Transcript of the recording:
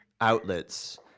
outlets